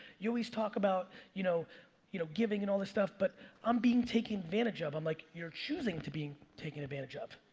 you always talk about you know you know giving and all this stuff, but i'm being taken advantage of. i'm like, you're choosing to being taken advantage of.